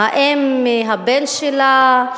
האם מהבן שלה,